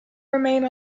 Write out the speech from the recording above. remain